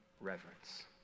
reverence